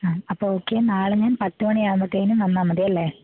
അപ്പോൾ ഓക്കേ നാളെ ഞാൻ പത്തുമണി ആവുമ്പത്തേക്കും വന്നാൽ മതി അല്ലെ